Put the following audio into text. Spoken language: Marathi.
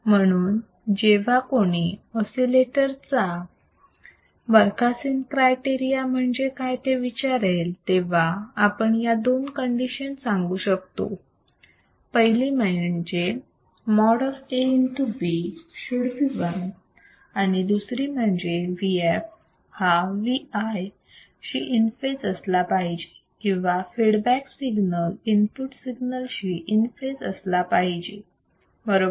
म्हणून जेव्हा कोणी ऑसिलेटर साठी चा बरखासेन क्रायटेरिया म्हणजे काय ते विचारेल तेव्हा आपण या दोन कंडिशन सांगू शकतो पहिली म्हणजे ।Aβ। should be 1 आणि दुसरी म्हणजे Vf हा Vi शी इन फेज असला पाहिजे किंवा फीडबॅक सिग्नल इनपुट सिग्नल शी इन फेज असला पाहिजे बरोबर